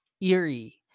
eerie